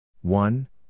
one